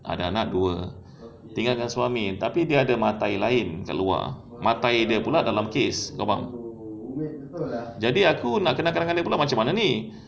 ada anak dua tinggal dengan suami tapi dia ada matair lain kat luar matair dia pula dalam case kau faham jadi aku nak kenal-kenal dengan dia pun macam mana ni